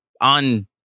on